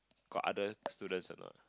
got other students or not